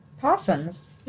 Possums